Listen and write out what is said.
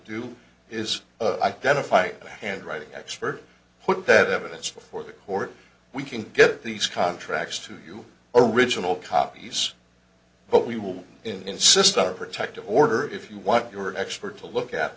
do is identify a handwriting expert put that evidence before the court we can get these contracts to you original copies but we will insist on a protective order if you want your expert to look at